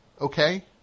okay